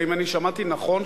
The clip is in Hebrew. האם אני שמעתי נכון,